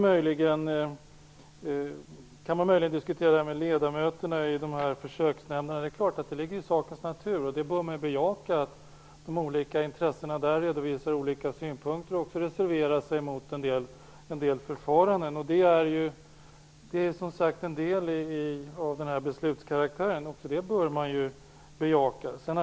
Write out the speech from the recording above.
Sedan kan man möjligen diskutera med ledamöterna i försöksnämnderna. Det är klart att det ligger i sakens natur att man reserverar sig. Man borde bejaka att de olika intressena redovisar olika synpunkter och reserverar sig mot en del förfaranden. Det är ju en del i beslutsprocessen. Herr talman!